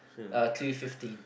uh two fifteen